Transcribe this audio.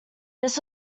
this